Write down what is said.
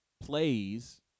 plays